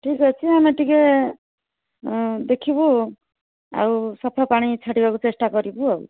ଠିକ୍ ଅଛି ଆମେ ଟିକେ ଦେଖିବୁ ଆଉ ସଫା ପାଣି ଛାଡ଼ିବାକୁ ଚେଷ୍ଟା କରିବୁ ଆଉ